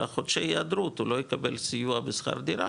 על החודשי ההיעדרות הוא לא יקבל סיוע בשכר דירה